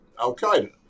al-Qaeda